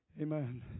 Amen